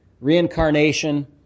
Reincarnation